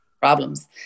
problems